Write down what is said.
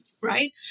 right